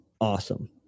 awesome